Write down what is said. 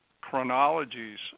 chronologies